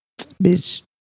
Bitch